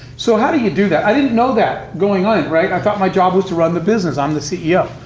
so how do you do that? i didn't know that going in it, right? i thought my job was to run the business, i'm the ceo,